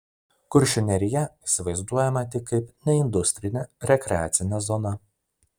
kuršių nerija įsivaizduojama tik kaip neindustrinė rekreacinė zona